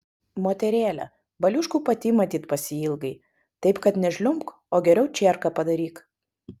moterėle baliuškų pati matyt pasiilgai taip kad nežliumbk o geriau čierką padaryk